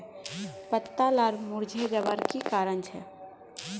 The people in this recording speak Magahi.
पत्ता लार मुरझे जवार की कारण छे?